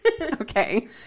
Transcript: Okay